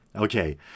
Okay